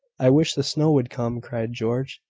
i wish the snow would come, cried george,